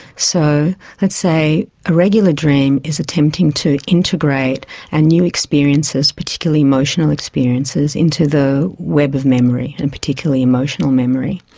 so let's say a regular dream is attempting to integrate our and new experiences, particularly emotional experiences, into the web of memory, and particularly emotional memory.